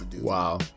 wow